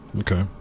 Okay